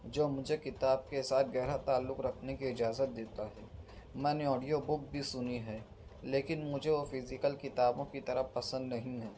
جو مجھے کتاب کے ساتھ گہرا تعلق رکھنے کی اجازت دیتا ہے میں نے آڈیو بک بھی سنی ہے لیکن مجھے وہ فزیکل کتابوں کی طرح پسند نہیں ہے